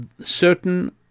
certain